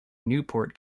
newport